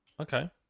Okay